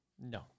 no